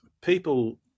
people